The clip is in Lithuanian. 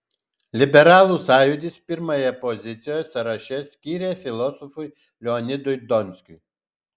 liberalų sąjūdis pirmąją poziciją sąraše skyrė filosofui leonidui donskiui